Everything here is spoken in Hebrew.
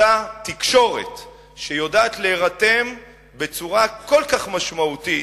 אותה תקשורת שיודעת להירתם בצורה כל כך משמעותית,